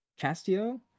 Castio